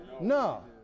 No